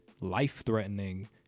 life-threatening